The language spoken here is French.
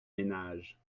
ménages